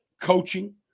coaching